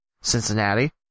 Cincinnati